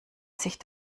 sich